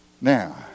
Now